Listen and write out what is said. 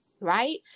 right